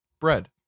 bread